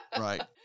right